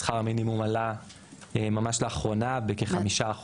שכר המינימום עלה לאחרונה בכ-5%.